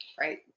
right